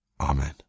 Amen